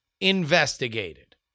investigated